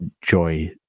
joy